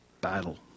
battle